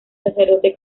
sacerdote